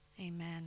Amen